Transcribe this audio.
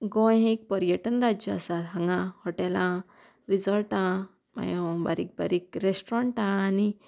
गोंय एक पर्यटन राज्य आसा हांगा हॉटेलां रिजोर्टां मागीर बारीक बारीक रेस्ट्रोरंटा आनी